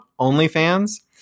OnlyFans